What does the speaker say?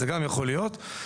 זה גם יכול להיות.